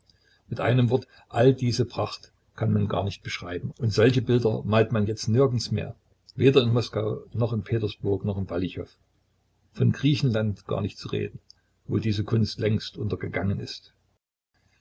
mit einem wort all diese pracht kann man gar nicht beschreiben und solche bilder malt man jetzt nirgends mehr weder in moskau noch in petersburg noch in palichow von griechenland gar nicht zu reden wo diese kunst längst untergegangen ist